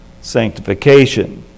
sanctification